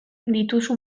dituzu